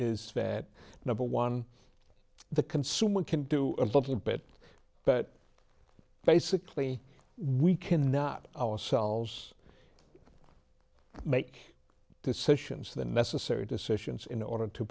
is that number one the consumer can do a little bit but basically we cannot ourselves make decisions the necessary decisions in order to